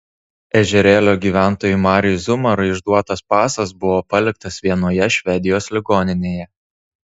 ežerėlio gyventojui mariui zumarui išduotas pasas buvo paliktas vienoje švedijos ligoninėje